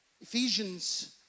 Ephesians